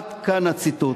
עד כאן הציטוט.